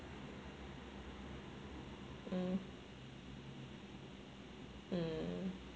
mm mm